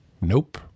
Nope